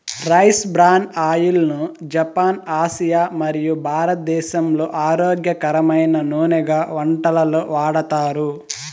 rice bran oil ను Japan, Asia మరియు భారతదేశంలో ఆరోగ్యకరమైన నూనెగా వంటలలో వాడతారు